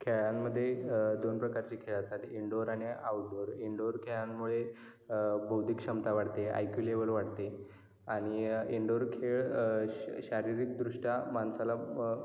खेळांमध्ये दोन प्रकारचे खेळ असतात इनडोर आणि आउटडोर इनडोर खेळांमुळे बौद्धिक क्षमता वाढते आयक्यू लेवल वाढते आणि इनडोर खेळ श शारीरिकदृष्ट्या माणसाला